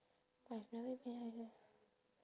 I've never been either